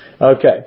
Okay